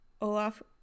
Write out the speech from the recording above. olaf